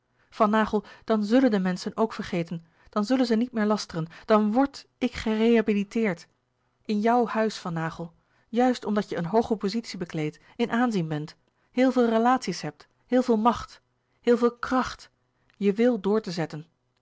van naghel dan zùllen de menschen ook vergeten dan zullen ze niet meer lasteren dan wrd ik gerehabiliteerd in jouw huis van naghel juist omdat je een hooge pozitie bekleedt in aanzien bent heel veel relaties hebt heel veel macht heel veel kracht je wil door te zetten